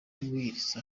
kubwiriza